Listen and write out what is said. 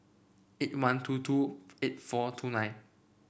eight one two two eight four two nine